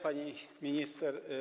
Pani Minister!